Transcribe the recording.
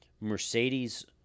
Mercedes